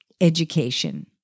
education